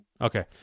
Okay